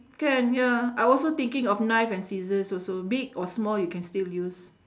can ya I also thinking of knife and scissors also big or small you can still use